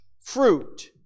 fruit